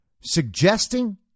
suggesting